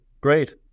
Great